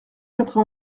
quatre